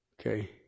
Okay